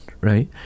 right